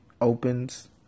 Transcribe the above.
opens